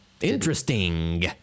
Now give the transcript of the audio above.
Interesting